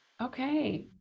Okay